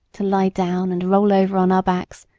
to lie down, and roll over on our backs,